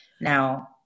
Now